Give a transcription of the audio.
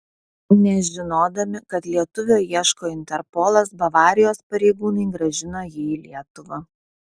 nežinodami kad lietuvio ieško interpolas bavarijos pareigūnai grąžino jį į lietuvą